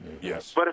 Yes